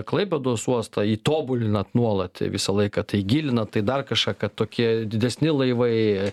klaipėdos uostą jį tobulinat nuolat visą laiką tai gilinat tai dar kažką kad tokie didesni laivai